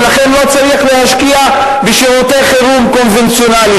ולכן לא צריך להשקיע בשירותי חירום קונבנציונליים.